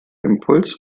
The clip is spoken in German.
impuls